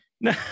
No